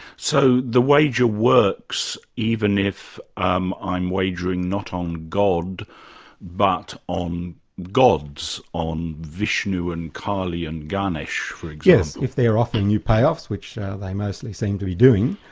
so, the wager works even if um i'm wagering not on god but on gods, on vishnu and kali and ganesh for example? yes, if they're offering you payoffs, which they mostly seem to be doing,